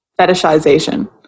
fetishization